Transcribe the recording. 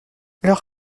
leur